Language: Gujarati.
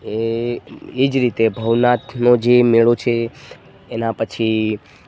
એ જ રીતે ભવનાથનો જે મેળો છે એના પછી